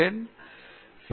நான் ஒரு பி